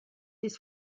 his